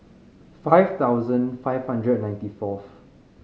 five thousand five hundred and ninety fourth